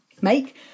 make